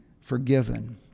forgiven